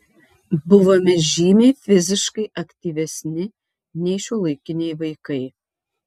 buvome žymiai fiziškai aktyvesni nei šiuolaikiniai vaikai